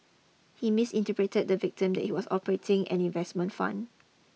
he misinterpreted to the victim that he was operating an investment fund